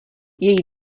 její